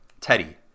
Teddy